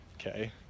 okay